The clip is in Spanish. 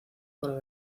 para